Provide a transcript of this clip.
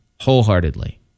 wholeheartedly